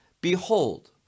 Behold